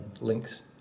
links